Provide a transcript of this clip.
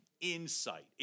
insight